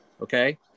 okay